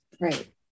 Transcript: Right